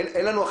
שינויים,